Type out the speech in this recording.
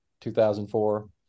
2004